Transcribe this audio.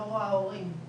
לא רואה הורים,